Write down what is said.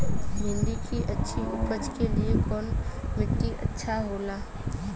भिंडी की अच्छी उपज के लिए कवन मिट्टी अच्छा होला?